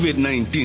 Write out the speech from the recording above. COVID-19